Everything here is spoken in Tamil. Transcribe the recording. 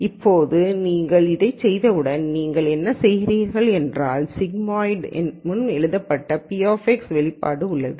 இப்போது நீங்கள் இதைச் செய்தவுடன் நீங்கள் என்ன செய்கிறீர்கள் என்றால் சிக்மாய்டுக்கு முன்பு எழுதப்பட்ட p வெளிப்பாடு உள்ளது